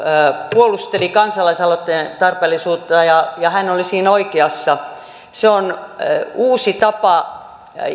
puolusteli kansalaisaloitteen tarpeellisuutta ja ja hän oli siinä oikeassa se on uusi tapa